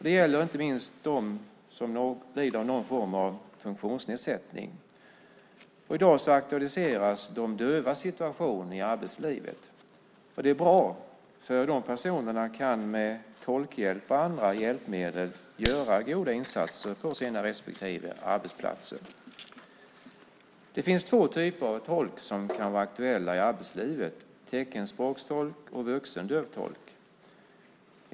Det gäller inte minst dem som lider av någon form av funktionsnedsättning. I dag aktualiseras de dövas situation i arbetslivet. Det är bra, för de personerna kan med tolkhjälp och andra hjälpmedel göra goda insatser på sina respektive arbetsplatser. Det finns två typer av tolk som kan vara aktuella i arbetslivet, teckenspråkstolk och vuxendövtolk.